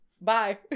Bye